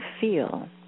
feel